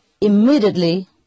Immediately